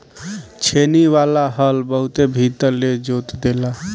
छेनी वाला हल बड़ी भीतर ले जोत देला